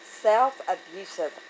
self-abusive